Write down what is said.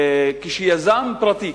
כשיזם פרטי,